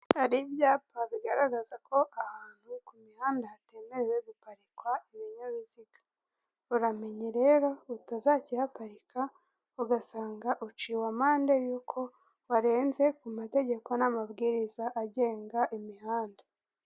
Hari ibyapa bigaragaza ko aha hantu ku mihanda hatemerewe guparikwa ibinyabiziga. Uramenye rero utazakihaparika, ugasanga uciwe amande y'uko warenze ku mategeko n'amabwiriza agenga imihanda.